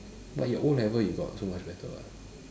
but your o-level you got so much better [what]